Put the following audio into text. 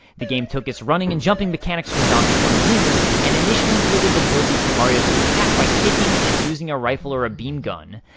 the game took its running and jumping mechanics from donkey kong jr, and initially included the ability for mario to attack by kicking, and using a rifle or a beam gun.